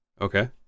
Okay